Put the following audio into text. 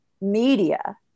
media